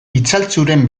itzaltzuren